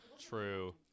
true